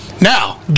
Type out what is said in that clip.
Now